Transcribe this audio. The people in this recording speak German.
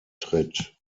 tritt